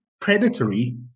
predatory